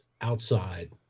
outside